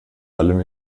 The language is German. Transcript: allem